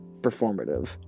performative